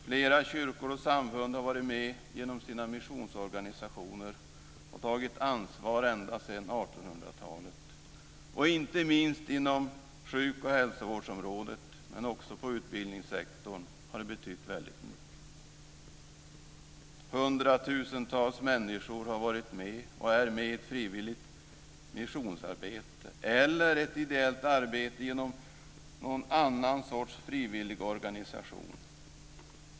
Flera kyrkor och samfund har varit med genom sina missionsorganisationer och tagit ansvar ända sedan 1800-talet. Inte minst inom sjuk och hälsovårdsområdet men också inom utbildningssektorn har detta betytt väldigt mycket. Hundratusentals människor har varit, och är, med i frivilligt missionsarbete eller i ideellt arbete i någon annan sorts frivilligorganisation.